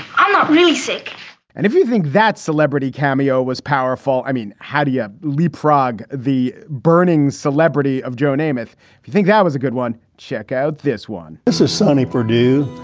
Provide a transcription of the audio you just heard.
i'm not really sick and if you think that celebrity cameo was powerful, i mean, how do you leapfrog the burning celebrity of joe naysmith if you think that was a good one? check out this one. this is sonny perdue.